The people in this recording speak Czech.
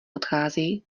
odchází